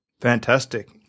Fantastic